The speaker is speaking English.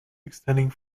extending